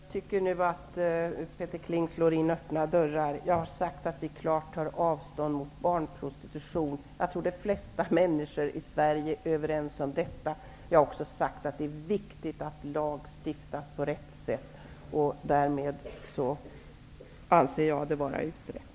Herr talman! Jag tycker att Peter Kling slår in öppna dörrar. Jag har sagt att vi klart tar avstånd från barnpornografi. Jag tror att de flesta människor i Sverige är överens om detta. Det är också viktigt att lag stiftas på rätt sätt. Därmed anser jag att frågan är utredd.